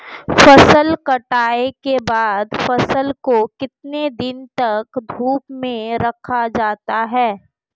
फसल कटाई के बाद फ़सल को कितने दिन तक धूप में रखा जाता है?